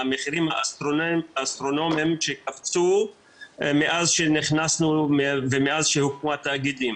מחירים אסטרונומיים שקפצו מאז שנכנסנו ומאז שהוקמו התאגידים.